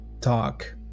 talk